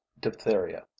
diphtheria